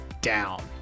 down